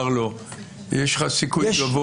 יש לך סיכוי גבוה?